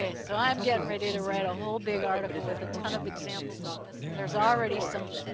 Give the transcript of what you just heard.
ah so i'm getting ready to write a whole big article with a ton of examples on this. and there's already some